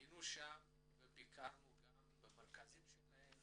היינו שם וביקרנו גם במרכזים שלהם,